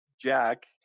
Jack